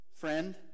friend